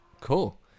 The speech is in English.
Cool